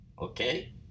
Okay